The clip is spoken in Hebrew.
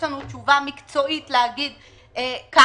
יש לנו תשובה מקצועית להגיד כך או אחרת.